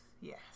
Yes